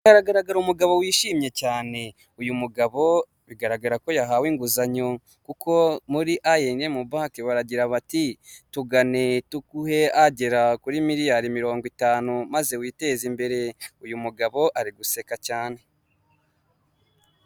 Hagaragara umugabo wishimye cyane. Uyu mugabo bigaragara ko yahawe inguzanyo. Kuko muri ayendemu banki baragira bati "tugane, tuguhe agera kuri miliyari mirongo itanu maze witeze imbere". Uyu mugabo ari guseka cyane.